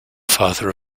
father